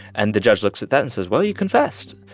and the judge looks at that and says, well, you confessed.